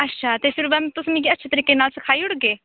ते अच्छा मैडम तुस मिगी अच्छे तरीके कन्नै सनाई ओड़गे